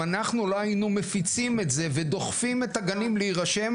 אם אנחנו לא היינו מפיצים את זה ודוחפים את הגנים להירשם,